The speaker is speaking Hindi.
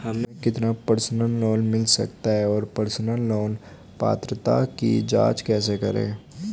हमें कितना पर्सनल लोन मिल सकता है और पर्सनल लोन पात्रता की जांच कैसे करें?